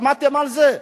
שמעתם על זה?